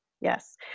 Yes